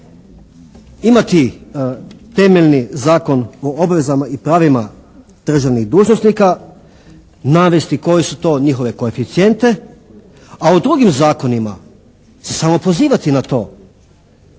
Imati temeljni Zakon o obvezama i pravima državnih dužnosnika, navesti koji su to njihovi koeficijenti a o drugim zakonima samo pozivati na to.